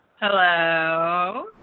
Hello